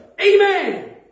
Amen